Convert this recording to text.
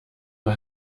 mal